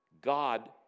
God